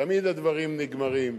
תמיד הדברים נגמרים.